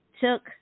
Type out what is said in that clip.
Took